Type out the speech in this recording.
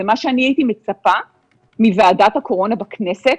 מה שאני הייתי מצפה מוועדת הקורונה בכנסת